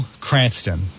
Cranston